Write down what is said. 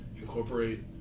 incorporate